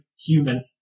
human